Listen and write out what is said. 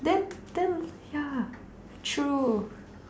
then then ya true